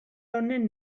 honen